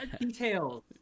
details